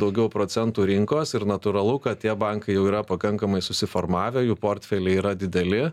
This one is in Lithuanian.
daugiau procentų rinkos ir natūralu kad tie bankai jau yra pakankamai susiformavę jų portfeliai yra dideli